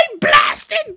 BLASTED